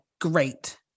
great